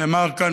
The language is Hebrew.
נאמר כאן,